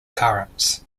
turrets